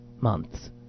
months